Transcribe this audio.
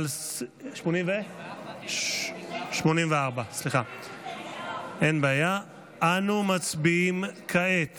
עד 84. סליחה, 84. אנו מצביעים כעת